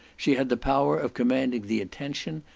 she had the power of commanding the attention,